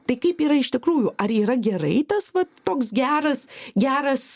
tai kaip yra iš tikrųjų ar yra gerai tas vat toks geras geras